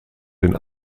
den